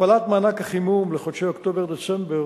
הכפלת מענק החימום לחודשים אוקטובר דצמבר